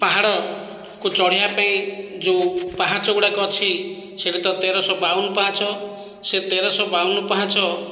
ପାହାଡ଼କୁ ଚଢ଼ିବା ପାଇଁ ଯେଉଁ ପାହାଚ ଗୁଡ଼ାକ ଅଛି ସେହିଟା ତ ତେର ଶହ ବାଉନ ପାହାଚ ସେ ତେର ଶହ ବାଉନ ପାହାଚ